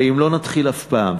ואם לא נתחיל אף פעם,